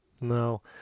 No